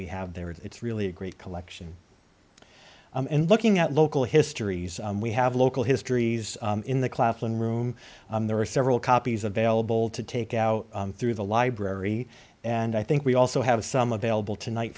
we have there it's really a great collection and looking at local histories we have local histories in the claflin room there are several copies available to take out through the library and i think we also have some available tonight